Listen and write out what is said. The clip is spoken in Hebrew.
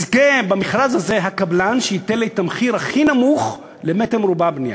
יזכה במכרז הזה הקבלן שייתן לי את המחיר הכי נמוך למטר מרובע בנייה.